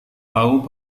tahu